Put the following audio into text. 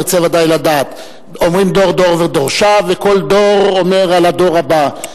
תרצה בוודאי לדעת: אומרים "דור דור ודורשיו" וכל דור אומר על הדור הבא.